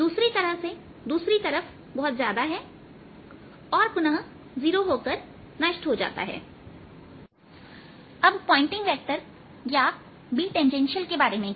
दूसरी तरह से दूसरी तरफ बहुत ज्यादा है और पुनः 0 होकर नष्ट हो जाता है अब पॉइंटिंग वेक्टर या Bt के बारे में क्या